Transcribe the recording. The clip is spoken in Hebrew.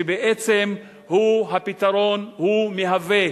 כשבעצם הפתרון מהווה